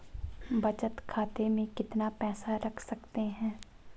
बचत खाते में कितना पैसा रख सकते हैं?